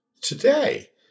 today